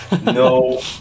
no